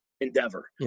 endeavor